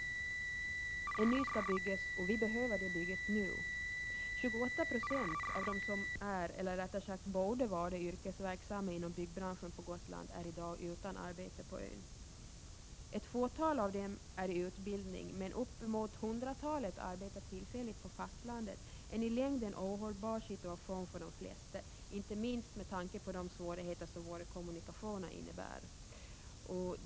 En ny anstalt skall byggas, och vi behöver det bygget nu. 28 960 av dem som är eller rättare sagt borde vara yrkesverksamma inom byggbranschen på Gotland är i dag utan arbete på ön. Ett fåtal av dem är i utbildning, men uppemot hundratalet arbetar tillfälligt på fastlandet, en i längden ohållbar situation för de flesta, inte minst med tanke på de svårigheter som våra kommunikationer med fastlandet innebär.